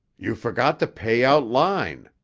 you forgot to pay out line,